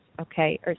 okay